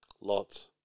Lots